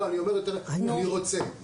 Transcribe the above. אני רוצה.